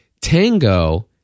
tango